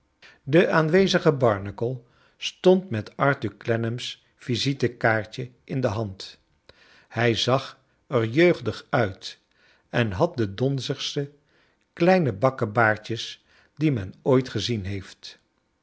de aanwezige barnacle stond met arthur clennam's visitekaartje in de hand hij zag er jeugdig uit en had de donzigste kleine bakkebaardjes die men ooit gezien heeft